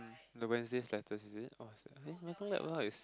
the Wednesday's letter is it oh then one is